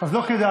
אז לא כדאי.